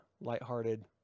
lighthearted